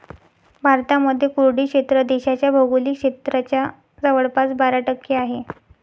भारतामध्ये कोरडे क्षेत्र देशाच्या भौगोलिक क्षेत्राच्या जवळपास बारा टक्के आहे